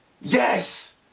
Yes